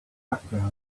background